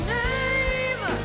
name